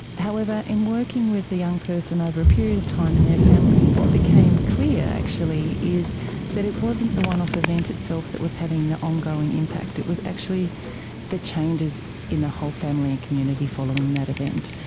however, in working with the young person over a period of time and their family, what became clear actually is that it wasn't the one-off event itself that was having the ongoing impact, it was actually the changes in the whole family and community following that event.